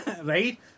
right